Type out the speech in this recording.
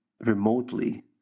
remotely